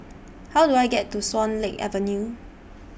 How Do I get to Swan Lake Avenue